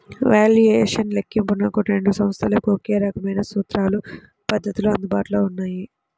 valuation లెక్కింపునకు రెండు సంస్థలకు ఒకే రకమైన సూత్రాలు, పద్ధతులు అందుబాటులో ఉన్నాయి